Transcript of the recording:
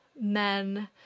men